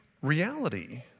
reality